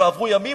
לא עברו ימים,